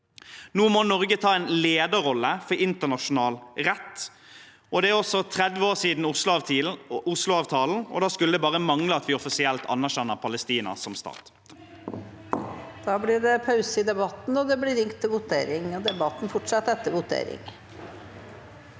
Nå må Norge ta en lederrolle for internasjonal rett. Det er 30 år siden Oslo-avtalen, og da skulle det bare mangle at vi offisielt anerkjenner Palestina som stat. Presidenten Nå blir det en pause i debat- ten, og det blir ringt til votering. Debatten fortsetter etter voteringen.